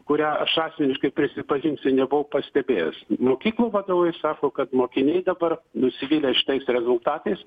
kurią aš asmeniškai prisipažinsiu nebuvau pastebėjęs mokyklų vadovai sako kad mokiniai dabar nusivylę šitais rezultatais